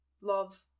love